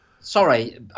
sorry